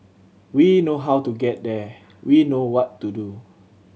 we know how to get there we know what to do